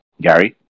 Gary